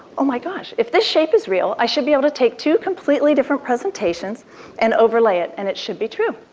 oh my gosh, if this shape is real, i should be able to take two completely different presentations and overlay it, and it should be true.